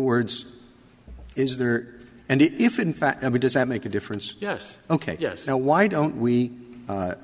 words is there and if in fact i mean does that make a difference yes ok yes now why don't we